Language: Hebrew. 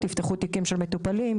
יפתחו תיקים של מטופלים,